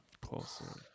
Close